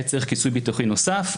יהיה צריך כיסוי ביטוחי נוסף,